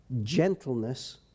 gentleness